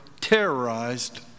terrorized